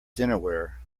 dinnerware